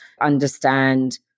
understand